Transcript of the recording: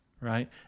right